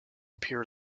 appear